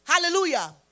Hallelujah